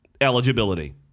eligibility